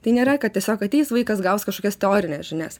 tai nėra kad tiesiog ateis vaikas gaus kažkokias teorines žinias